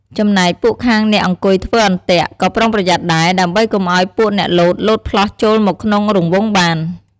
ចំណែកពួកខាងអ្នកអង្គុយធ្វើអន្ទាក់ ក៏ប្រុងប្រយ័ត្នដែរ ដើម្បីកុំឲ្យពួកអ្នកលោត លោតផ្លោះចូលមកក្នុងរង្វង់បាន។